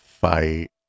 fight